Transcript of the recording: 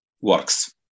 works